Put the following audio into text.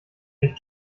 nicht